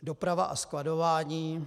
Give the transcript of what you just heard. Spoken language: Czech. Doprava a skladování.